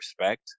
respect